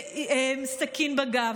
סכין בגב.